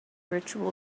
virtual